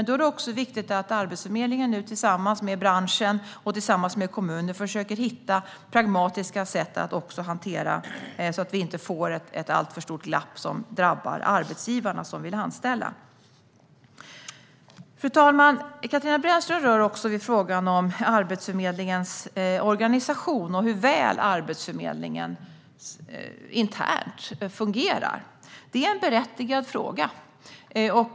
Då är det också viktigt att Arbetsförmedlingen nu tillsammans med branschen och tillsammans med kommuner försöker hitta pragmatiska sätt att hantera detta, så att vi inte får ett alltför stort glapp som drabbar de arbetsgivare som vill anställa. Katarina Brännström berör också frågan om Arbetsförmedlingens organisation och hur väl Arbetsförmedlingen fungerar internt. Det är en berättigad fråga.